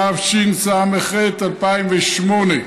התשס"ח 2008,